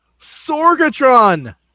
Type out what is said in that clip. Sorgatron